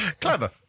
Clever